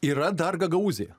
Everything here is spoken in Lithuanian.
yra dar gagaūzija